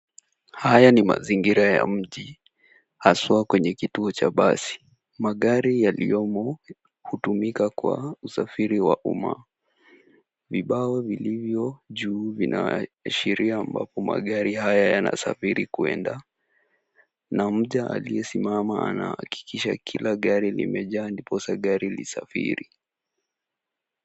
Haya ni mazingira ya mji haswa kwenye kituo cha basi. Magari yaliyomo hutumika kwa usafiri wa umma. Vibao vilivyo juu vinaashiria ambapo magari haya yanasafiri kuenda na mtu aliyesimama anahakikisha kila gari limejaa ndiposa gari lisafiri.